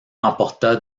remporta